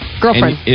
Girlfriend